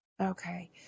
Okay